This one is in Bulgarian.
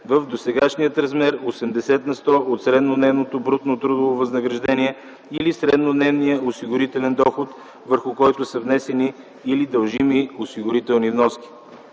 в досегашния размер – 80 на сто от среднодневното брутно трудово възнаграждение или среднодневния осигурителен доход, върху който са внесени или дължими осигурителни вноски.